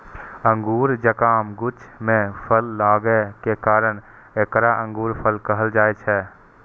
अंगूर जकां गुच्छा मे फल लागै के कारण एकरा अंगूरफल कहल जाइ छै